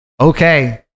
okay